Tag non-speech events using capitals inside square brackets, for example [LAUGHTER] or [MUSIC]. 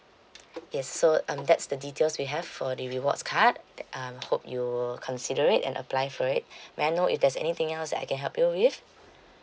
yes so um that's the details we have for the rewards card I hope you'll consider it and apply for it [BREATH] may I know if there's anything else I can help you with